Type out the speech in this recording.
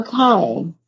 Okay